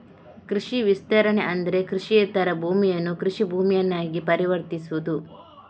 ಕೃಷಿ ವಿಸ್ತರಣೆ ಅಂದ್ರೆ ಕೃಷಿಯೇತರ ಭೂಮಿಯನ್ನ ಕೃಷಿ ಭೂಮಿಯನ್ನಾಗಿ ಪರಿವರ್ತಿಸುವುದು